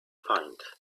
find